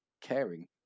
caring